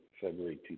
February